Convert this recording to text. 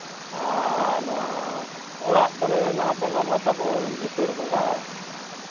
ᱟᱨ ᱱᱚᱣᱟ ᱚᱲᱟᱜ ᱠᱚᱨᱮᱱᱟᱜ ᱵᱚᱸᱜᱟ ᱢᱟ ᱛᱟᱵᱚᱱ ᱵᱷᱤᱛᱟᱹᱨ ᱵᱚᱸᱜᱟ